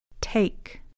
Take